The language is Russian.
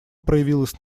проявилась